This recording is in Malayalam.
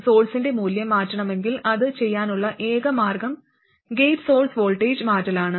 നിലവിലെ സോഴ്സ്ന്റെ മൂല്യം മാറ്റണമെങ്കിൽ അത് ചെയ്യാനുള്ള ഏക മാർഗ്ഗം ഗേറ്റ് സോഴ്സ് വോൾട്ടേജ് മാറ്റലാണ്